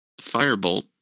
Firebolt